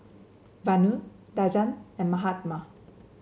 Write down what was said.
Vanu Rajan and Mahatma